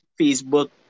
Facebook